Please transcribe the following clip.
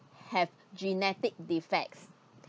have genetic defects